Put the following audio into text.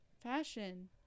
Fashion